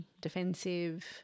defensive